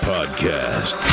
Podcast